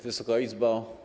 Wysoka Izbo!